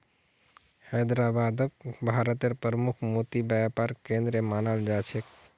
हैदराबादक भारतेर प्रमुख मोती व्यापार केंद्र मानाल जा छेक